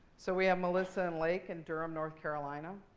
so we have melissa and lake in durham, north carolina.